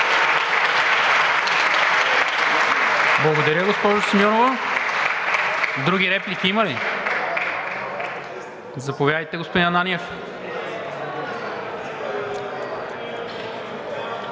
Благодаря, госпожо Симеонова. Други реплики има ли? Заповядайте, господин Ананиев.